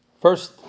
First